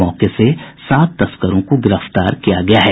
मौके से सात तस्करों को गिरफ्तार किया गया है